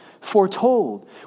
foretold